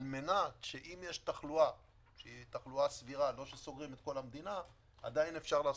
כדי שאם יש תחלואה סבירה, עדיין אפשר לעשות.